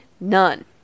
none